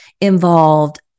involved